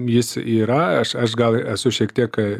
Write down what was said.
jis yra aš aš gal esu šiek tiek e